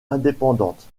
indépendantes